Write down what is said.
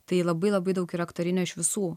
tai labai labai daug ir aktorinio iš visų